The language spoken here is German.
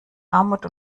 armut